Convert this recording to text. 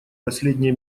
последние